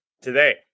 today